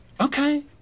Okay